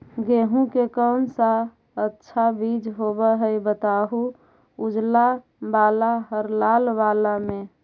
गेहूं के कौन सा अच्छा बीज होव है बताहू, उजला बाल हरलाल बाल में?